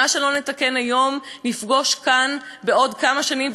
מה שלא נתקן היום נפגוש כאן בעוד כמה שנים,